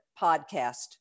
podcast